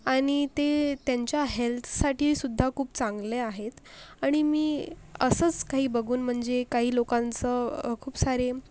आणि ते त्यांच्या हेल्थसाठी सुद्धा खूप चांगलं आहेत आणि मी असंच काही बघून म्हणजे काही लोकांचं खूप सारे